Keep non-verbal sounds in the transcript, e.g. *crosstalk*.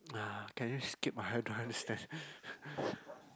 uh can you skip I don't don't understand *laughs*